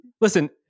Listen